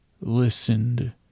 listened